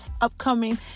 upcoming